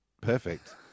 Perfect